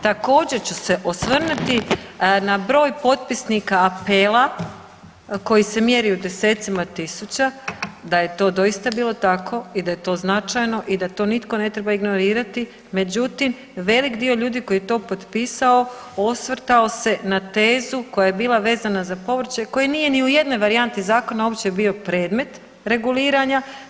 Također ću se osvrnuti na broj potpisnika apela koji se mjeri u desecima tisuća, da je to doista bilo tako i da je to značajno i da to nitko ne treba ignorirati, međutim velik dio ljudi koji je to potpisao osvrtao se na tezu koja je bila vezana za povrće koja nije ni u jednoj varijanti zakona uopće bio predmet reguliranja.